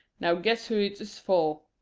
now guess who it is for?